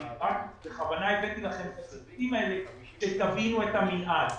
אני בכוונה הבאתי לכם כדי שתבינו את המנעד.